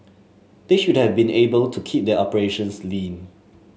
they should have been able to keep their operations lean